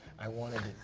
i wanted it